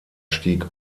stieg